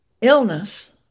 illness